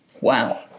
Wow